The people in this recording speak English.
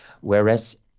whereas